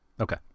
Okay